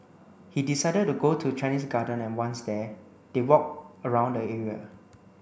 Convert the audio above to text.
he decided go to Chinese Garden and once there they walked around the area